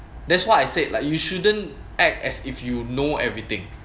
that's why I said like you shouldn't act as if you know everything